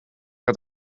het